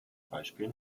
beispiel